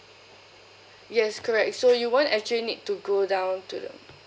yes correct so you won't actually need to go down to the